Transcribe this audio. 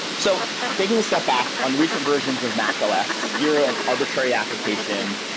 so taking a step back on recent versions of mac os, you're an arbitrary application.